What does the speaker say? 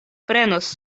prenos